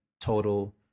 total